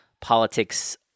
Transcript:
politics